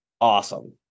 awesome